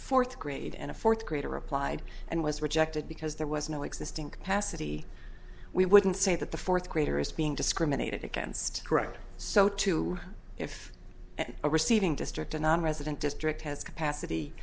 fourth grade and a fourth grader applied and was rejected because there was no existing capacity we wouldn't say that the fourth grader is being discriminated against correct so two if they are receiving district a nonresident district has capacity